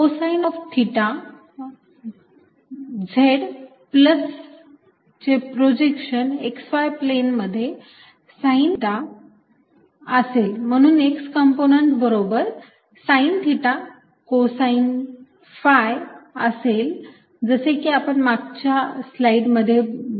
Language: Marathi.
cosine of theta Z plus चे प्रोजेक्शन x y प्लेन मध्ये साइन थिटा असेल म्हणून x कंपोनंट बरोबर साइन थिटा कोसाइन phi असेल जसे की आपण मागच्या स्लाइडमध्ये बघितले